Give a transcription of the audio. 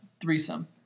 threesome